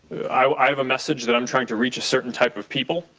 i have a message that i'm trying to reach certain type of people.